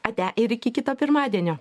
ate ir iki kito pirmadienio